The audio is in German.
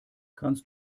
kannst